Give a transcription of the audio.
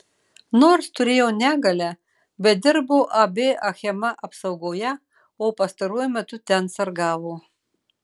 nors turėjo negalią bet dirbo ab achema apsaugoje o pastaruoju metu ten sargavo